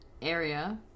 Area